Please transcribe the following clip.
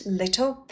little